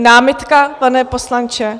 Námitka, pane poslanče?